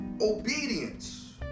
obedience